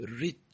rich